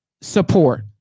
support